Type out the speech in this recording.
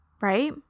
right